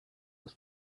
was